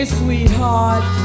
sweetheart